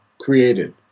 created